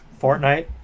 Fortnite